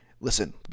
Listen